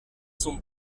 son